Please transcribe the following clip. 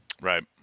Right